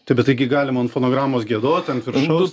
tai bet taigi galima ant fonogramos giedot ant viršaus